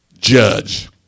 judge